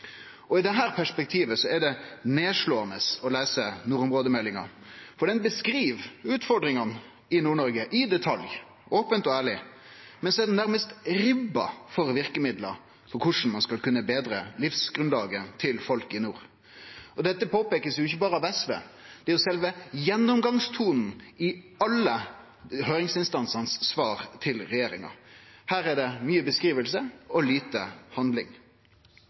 er det nedslåande å lese nordområdemeldinga, for ho beskriv utfordringane i Nord-Noreg i detalj, ope og ærleg, men så er ho nærmast ribba for verkemiddel for korleis ein skal kunne betre livsgrunnlaget til folk i nord. Dette vert påpeikt ikkje berre av SV; det er sjølve gjennomgangstonen i alle svara frå høyringsinstansane til regjeringa. Her er det mykje beskriving og lite handling.